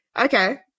Okay